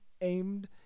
aimed